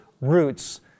roots